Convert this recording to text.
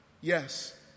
yes